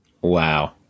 wow